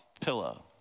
pillow